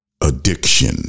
addiction